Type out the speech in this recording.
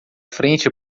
frente